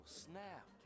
snap